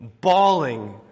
bawling